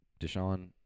Deshaun